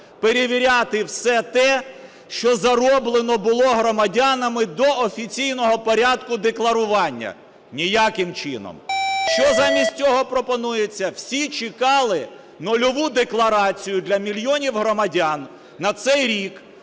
перевіряти все те, що зароблено було громадянами до офіційного порядку декларування? Ніяким чином. Що замість цього пропонується? Всі чекали "нульову декларацію" для мільйонів громадян на цей рік.